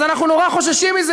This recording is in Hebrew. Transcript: אז אנחנו נורא חוששים מזה,